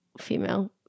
female